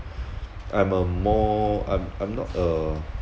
I'm a more I'm I'm not a